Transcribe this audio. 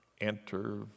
enter